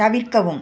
தவிர்க்கவும்